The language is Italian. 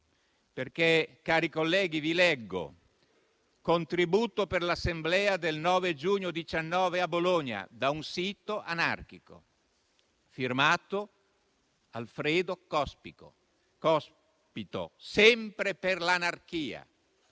Cospito. Cari colleghi, leggo: «Contributo per l'assemblea del 9 giugno 2019 a Bologna», da un sito anarchico, firmato Alfredo Cospito, sempre per l'anarchia,